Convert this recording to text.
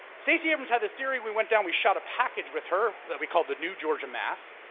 stacey abrams had this theory, we went down, we shot a package with her that we called the new georgia math.